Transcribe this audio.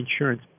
insurance